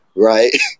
Right